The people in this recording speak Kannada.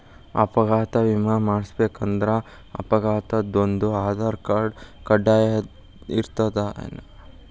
ಅಪಘಾತ್ ವಿಮೆ ಸಿಗ್ಬೇಕಂದ್ರ ಅಪ್ಘಾತಾದೊನ್ ಆಧಾರ್ರ್ಕಾರ್ಡ್ ಕಡ್ಡಾಯಿರ್ತದೇನ್?